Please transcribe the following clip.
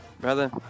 brother